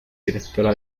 directora